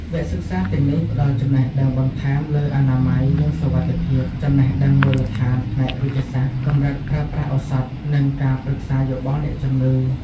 វគ្គសិក្សាទាំងនេះផ្ដល់ចំណេះដឹងបន្ថែមលើ អនាម័យ និងសុវត្ថិភាព ចំណេះដឹងមូលដ្ឋានផ្នែកវេជ្ជសាស្ត្រ កម្រិតប្រើប្រាស់ឱសថ និងការប្រឹក្សាយោបល់អ្នកជំងឺ។